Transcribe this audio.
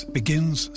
begins